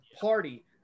party